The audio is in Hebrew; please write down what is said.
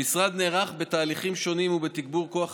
המשרד נערך בתהליכים שונים ובתגבור כוח